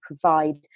provide